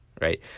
right